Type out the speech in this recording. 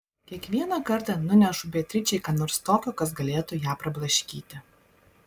kiekvieną kartą nunešu beatričei ką nors tokio kas galėtų ją prablaškyti